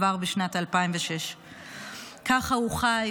כבר בשנת 2006. ככה הוא חי,